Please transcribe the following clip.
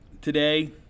today